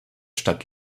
stadt